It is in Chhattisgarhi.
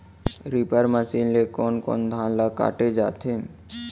रीपर मशीन ले कोन कोन धान ल काटे जाथे?